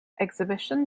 exhibition